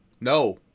No